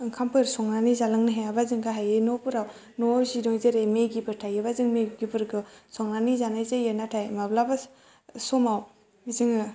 ओंखामफोर संनानै जालांनो हायाबा जों गाहायै न'फोराव न'आव जि दं जेरै मेगिफोर थायोबा जों मेगिफोरखौ संनानै जानाय जायो नाथाय माब्लाबा समाव जोङो